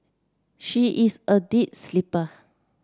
she is a deep sleeper